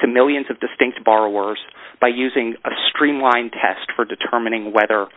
to millions of distinct borrowers by using a streamlined test for determining whether